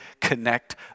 connect